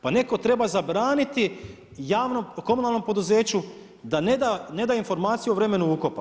Pa netko treba zabraniti javnom komunalnom poduzeću da ne daje informacije o vremenu ukopa.